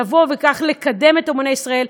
לבוא וכך לקדם את אמני ישראל,